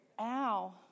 Ow